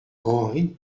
henri